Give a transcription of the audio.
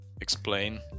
explain